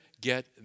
get